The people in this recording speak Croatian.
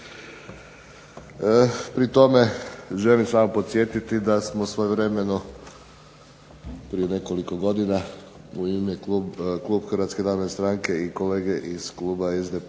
Pri tome želim samo podsjetiti da smo svojevremeno prije nekoliko godina u ime kluba Hrvatske narodne stranke i kolege iz kluba SDP-a